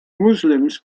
muslims